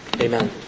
Amen